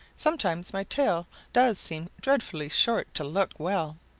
sometimes my tail does seem dreadfully short to look well.